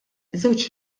żewġ